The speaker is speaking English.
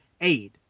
aid